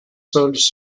sols